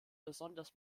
besonders